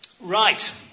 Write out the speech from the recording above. Right